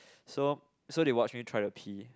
so so they watched me try to pee